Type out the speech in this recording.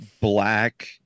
black